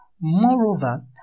Moreover